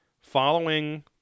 following